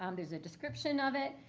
um there's a description of it.